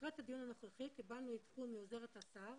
לקראת הדיון הנוכחי קיבלנו עדכון מעוזרת השר,